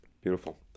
Beautiful